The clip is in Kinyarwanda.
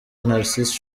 narcisse